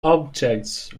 objects